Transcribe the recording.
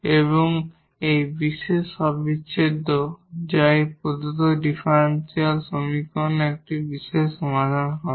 এবং এই particular integral যা এই প্রদত্ত ডিফারেনশিয়াল সমীকরণের একটি বিশেষ সমাধান হবে